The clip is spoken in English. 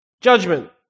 Judgment